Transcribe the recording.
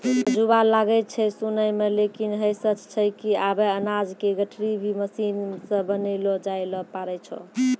अजूबा लागै छै सुनै मॅ लेकिन है सच छै कि आबॅ अनाज के गठरी भी मशीन सॅ बनैलो जाय लॅ पारै छो